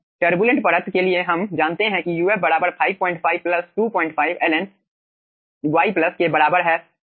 turbulent परत के लिए हम जानते हैं कि uf 55 25 ln y के बराबर है